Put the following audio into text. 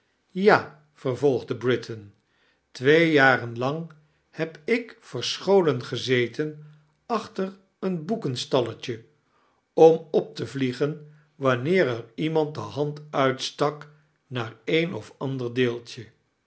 ja vervolgde britain twee jaren lang heb ik verscholen gezeten achtsetr een boekenstalletje om op te vliegen wanneer er iemand de hand uitstak naar een of ander deeltje